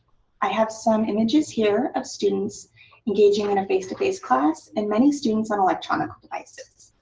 i have some images here of students engaging in a face-to-face class and many students on electronic devices.